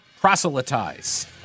proselytize